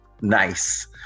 nice